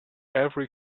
every